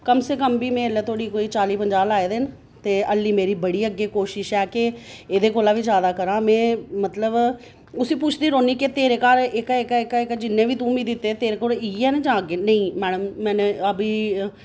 कम से कम बी में ऐल्लै चाली पंजाह् लाए दे न कि हाल्ली मेरी अग्गै बड़ी कोशिश ऐ के एह्दे कोला बी जादा करां में मतलब में उसी पुछदी रौह्न्नीं कि तेरे घर एह्का एह्का एह्का एह्का तूं गै मिगी दित्ते तेरे कोल इ'यै न जां नेईं मैडम मैनें अभी